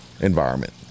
environment